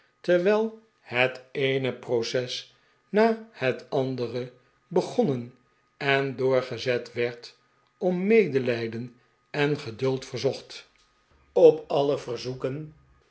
terwijl het eene de pickwick club proces na het andere begonnen en doorgezet werd om medelijden en geduld verzocht op alle verzoeken